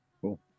Cool